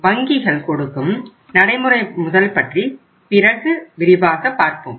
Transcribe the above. வங்கிகள் கொடுக்கும் நடைமுறை முதல் பற்றி பிறகு விரிவாக பார்ப்போம்